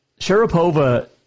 Sharapova